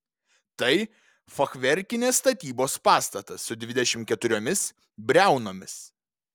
tai fachverkinės statybos pastatas su dvidešimt keturiomis briaunomis